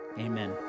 Amen